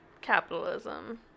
capitalism